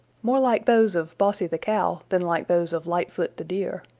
more like those of bossy the cow than like those of lightfoot the deer.